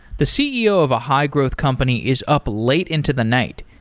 the ceo of a high-growth company is up late into the night,